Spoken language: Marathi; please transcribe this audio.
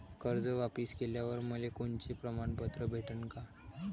कर्ज वापिस केल्यावर मले कोनचे प्रमाणपत्र भेटन का?